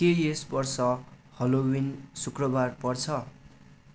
के यस वर्ष हलोविन शुक्रवार पर्छ